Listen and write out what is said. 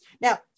Now